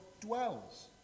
dwells